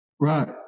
Right